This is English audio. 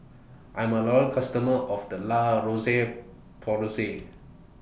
I'm A Loyal customer of The La Roche Porsay